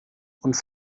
und